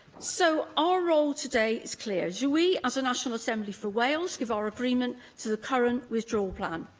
so, our role today is clear do we, as a national assembly for wales, give our agreement to the current withdrawal plan?